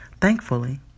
Thankfully